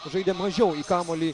žaidė mažiau į kamuolį